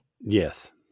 Yes